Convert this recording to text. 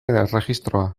erregistroa